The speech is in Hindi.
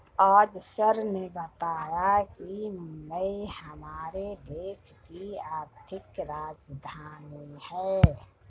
आज सर ने बताया कि मुंबई हमारे देश की आर्थिक राजधानी है